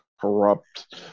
corrupt